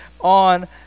on